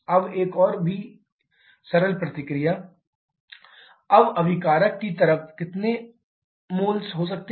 अब एक और भी सरल प्रतिक्रिया C O2 → CO2 अब अभिकारक की तरफ आपके कितने मोल्स हो सकते हैं